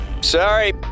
Sorry